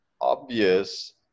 obvious